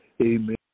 Amen